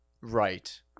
right